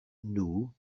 nhw